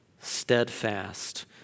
steadfast